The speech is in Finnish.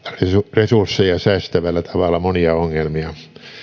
resursseja säästävällä tavalla monia ongelmia